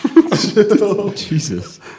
Jesus